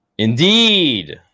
Indeed